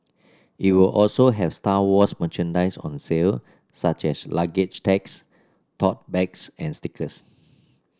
it will also have Star Wars merchandise on sale such as luggage tags tote bags and stickers